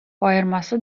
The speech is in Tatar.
аермасы